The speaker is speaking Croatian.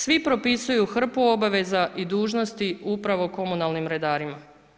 Svi propisuju hrpu obaveza i dužnosti upravo komunalni redarima.